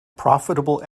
profitable